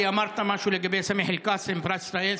כי אמרת משהו לגבי סמיח אל-קאסם ופרס ישראל.